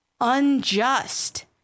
unjust